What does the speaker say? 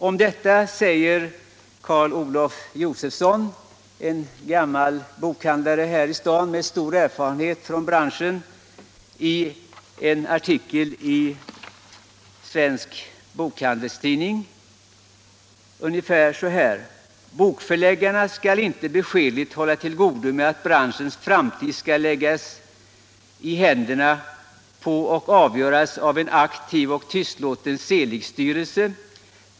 Om detta säger Carl Olof Josephson, en f. d. bokhandlare här i stan med stor erfarenhet från branschen, i en artikel: ”Bokförläggarna skall inte beskedligt hålla till godo med att branschens framtid skall avgöras i en aktiv och tystlåten Seeligstyrelse.